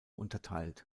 unterteilt